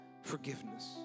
Forgiveness